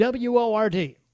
WORD